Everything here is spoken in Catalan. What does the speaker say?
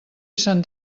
sant